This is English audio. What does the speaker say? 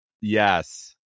Yes